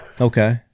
Okay